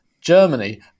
Germany